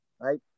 Right